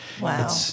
Wow